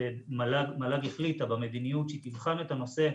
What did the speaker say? מל"ג החליטה במדיניות שהיא תבחן את הנושא,